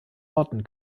orten